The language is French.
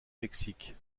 mexique